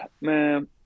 Man